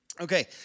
Okay